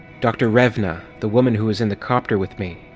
dr. revna, the woman who was in the copter with me!